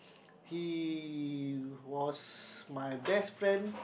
he was my best friend